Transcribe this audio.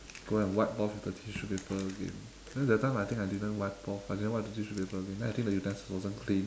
go and wipe off with the tissue paper again then that time I think I didn't wipe off I didn't wipe with tissue again then I think the utensils wasn't clean